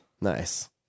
Nice